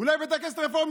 אולי בית כנסת רפורמי,